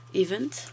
event